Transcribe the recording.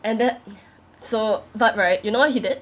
and that so but right you know what he did